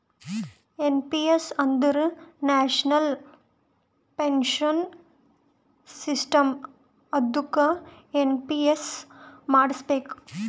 N P S ಅಂದುರ್ national pension system ಅದ್ದುಕ NPS ಮಾಡುಸ್ಬೇಕ್